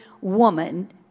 woman